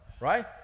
right